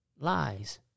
Lies